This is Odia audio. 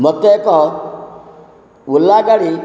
ମତେ ଏକ ଓଲା ଗାଡ଼ି